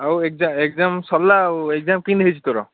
ଆଉ ଏଗଜା ଏଗ୍ଜାମ୍ ସରିଲା ଆଉ ଏଗ୍ଜାମ୍ କେମତି ହେଇଛି ତୋର